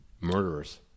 murderers